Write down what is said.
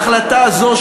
החלטה זו,